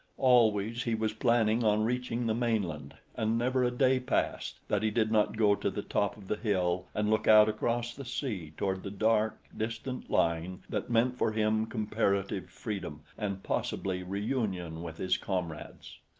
always he was planning on reaching the mainland, and never a day passed that he did not go to the top of the hill and look out across the sea toward the dark, distant line that meant for him comparative freedom and possibly reunion with his comrades.